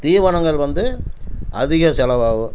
தீவனங்கள் வந்து அதிகம் செலவாகும்